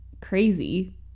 crazy